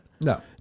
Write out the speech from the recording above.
no